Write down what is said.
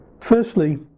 Firstly